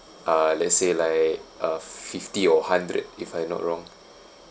uh let's say like a fifty or hundred if I'm not wrong